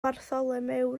bartholomew